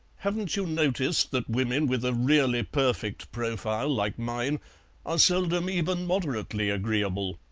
haven't you noticed that women with a really perfect profile like mine are seldom even moderately agreeable?